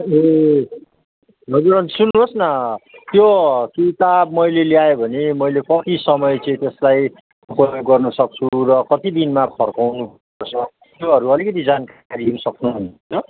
ए हजुर अन्त सुन्नुहोस् न त्यो किताब मैले ल्याएँ भने मैले कति समय चाहिँ त्यसलाई प्रयोग गर्नसक्छु र कति दिनमा फर्काउनुसक्छु त्योहरू अलिकति जानकारी दिन सक्नुहुन्छ